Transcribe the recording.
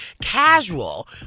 casual